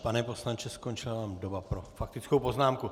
Pane poslanče, skončila vám doba pro faktickou poznámku.